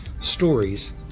stories